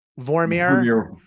Vormir